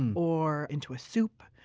and or into a soup,